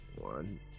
One